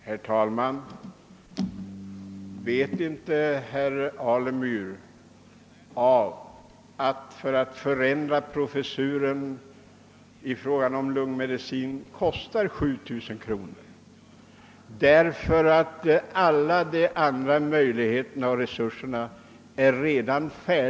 Herr talman! Vet inte herr Alemyr att det kostar 7000 kronor att ändra lärarbefattningen i lungmedicin till en professur? Alla de andra resurserna finns redan.